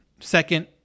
second